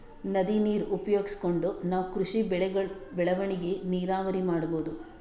ನದಿ ನೀರ್ ಉಪಯೋಗಿಸ್ಕೊಂಡ್ ನಾವ್ ಕೃಷಿ ಬೆಳೆಗಳ್ ಬೆಳವಣಿಗಿ ನೀರಾವರಿ ಮಾಡ್ಬಹುದ್